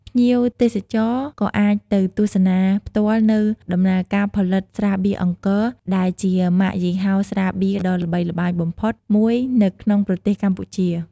ភ្ញៀវទេសចរណ៍ក៏អាចទៅទស្សនាផ្ទាល់នូវដំណើរការផលិតស្រាបៀរអង្គរ ដែលជាម៉ាកយីហោស្រាបៀរដ៏ល្បីល្បាញបំផុតមួយនៅក្នុងប្រទេសកម្ពុជា។